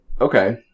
Okay